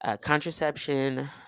contraception